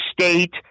state